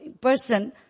person